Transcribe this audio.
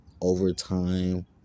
overtime